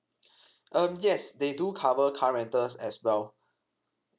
um yes they do cover car rentals as well